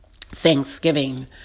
Thanksgiving